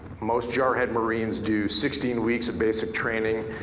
most jar-head marines do sixteen weeks of basic training,